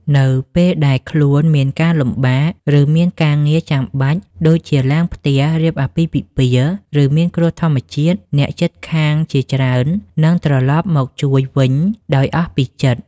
នៅពេលដែលខ្លួនមានការលំបាក ឬមានការងារចាំបាច់ដូចជាឡើងផ្ទះ រៀបអាពាហ៍ពិពាហ៍ ឬមានគ្រោះធម្មជាតិ អ្នកជិតខាងជាច្រើននឹងត្រឡប់មកជួយវិញដោយអស់ពីចិត្ត។